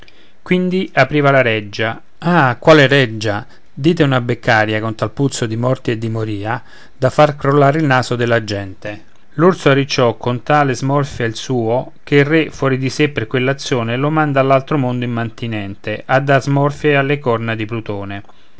quindi apriva la reggia ah quale reggia dite una beccaria con tal puzzo di morti e di moria da far crollare il naso della gente l'orso arricciò con tale smorfia il suo che il re fuori di sé per quell'azione lo manda all'altro mondo immantinente a far smorfie alle corna di plutone